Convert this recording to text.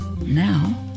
Now